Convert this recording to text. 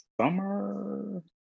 summer